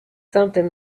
something